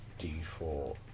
d4